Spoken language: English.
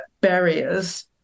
barriers